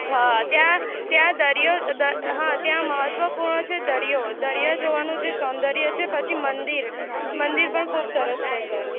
હા ત્યાં ત્યાં દરિયો ત્યાં મહત્ત્વપૂર્ણ છે દરિયો દરિયો જોવાનું જે સોંદર્ય છે પછી મંદિર મંદિર પણ ખૂબ સરસ છે સર